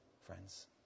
friends